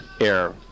air